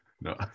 No